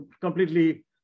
completely